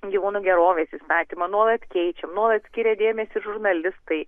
gyvūnų gerovės įstatymą nuolat keičiam nuolat skiria dėmesį žurnalistai